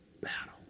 battle